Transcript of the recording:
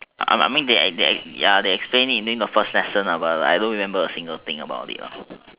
I'm I mean they they explained it in first lesson but I don't remember a single thing about it